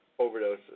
overdoses